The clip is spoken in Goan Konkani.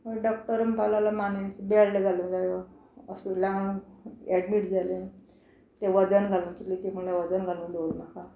डॉक्टर म्हणपाक लागलो मानेचो बॅल्ट घालूंक जायो हॉस्पिटलान एडमीट जालें तें वजन घालून कितले तेंप म्हळ्ळ्या वजन घालून दवरलें म्हाका